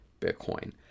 Bitcoin